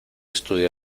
estudia